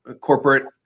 corporate